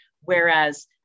whereas